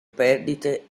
perdite